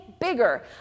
bigger